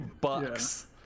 bucks